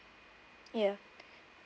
ya